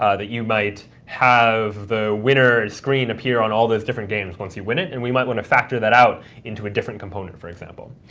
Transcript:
ah that you might have the winner screen appear on all those different games once you win it, and we might want to factor that out into a different component, for example.